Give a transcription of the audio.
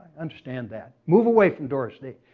understand that. move away from doris day.